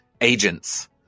agents